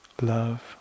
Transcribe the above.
love